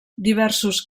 diversos